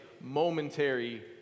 momentary